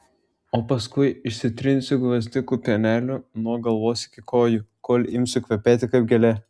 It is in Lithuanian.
o paskui išsitrinsiu gvazdikų pieneliu nuo galvos iki kojų kol imsiu kvepėti kaip gėlė